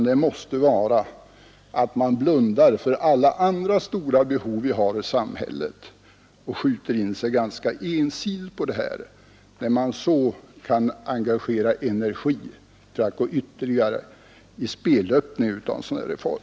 Det måste betyda att man blundar för alla andra stora behov i samhället och skjuter in sig ganska ensidigt på detta behov, när man så kan uppbåda energi för att gå längre i spelöppningen av en sådan här reform.